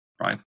right